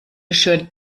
schön